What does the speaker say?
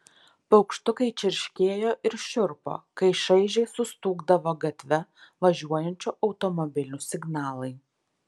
paukštukai čirškėjo ir šiurpo kai šaižiai sustūgdavo gatve važiuojančių automobilių signalai